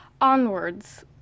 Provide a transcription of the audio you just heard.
Onwards